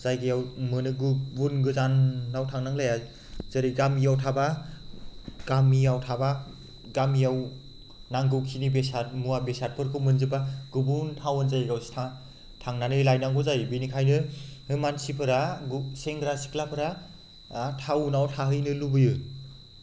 जायगायाव मोनो गुबुन गोजानाव थांनांलाया जेरै गामियाव थाबा गामियाव नांगौखिनि बेसाद मुवा बेसादफोरखौ मोनजोबा गुबुन टाउन जायगायावसो थांनानै लायनांगौ जायो बेनिखायनो मानसिफोरा सेंग्रा सिख्लाफोरा टाउनाव थाहैनो लुबैयो